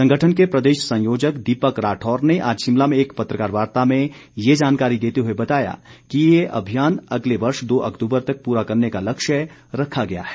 संगठन के प्रदेश संयोजक दीपक राठौर ने आज शिमला में एक पत्रकार वार्ता में ये जानकारी देते हुए बताया कि ये अभियान अगले वर्ष दो अक्तूबर तक पूरा करने का लक्ष्य रखा गया है